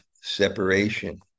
separation